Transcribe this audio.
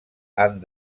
han